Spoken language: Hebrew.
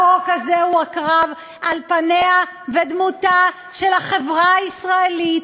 החוק הזה הוא הקרב על פניה ודמותה של החברה הישראלית,